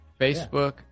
Facebook